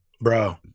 bro